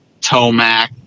Tomac